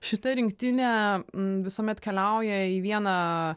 šita rinktinė visuomet keliauja į vieną